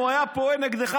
אם הוא היה פועל נגדך,